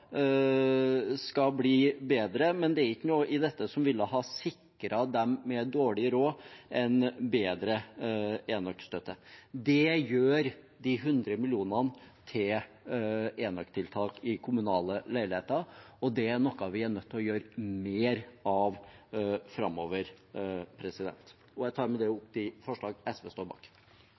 skal bli bedre, men det er ikke noe i dette som ville ha sikret dem med dårlig råd en bedre enøkstøtte. Det gjør de 100 mill. kr til enøktiltak i kommunale leiligheter, og det er noe vi er nødt til å gjøre mer av framover. Venstre kommer ikke til å støtte forslaget om å reforhandle styringsavtalen med